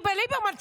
כי ליברמן,